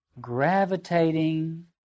Gravitating